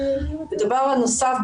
והדבר הנוסף,